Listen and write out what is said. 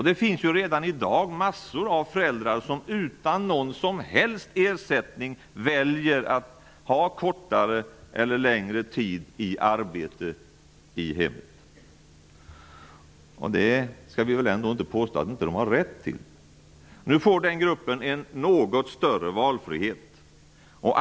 Det finns redan i dag massor av föräldrar som utan någon som helst ersättning väljer att ha kortare eller längre tid i arbete i hemmet. Vi skall väl ändå inte påstå att de inte har rätt till det? Nu får den gruppen en något större valfrihet.